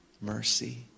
mercy